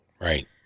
Right